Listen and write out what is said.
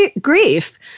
grief